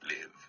live